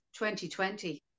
2020